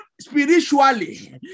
spiritually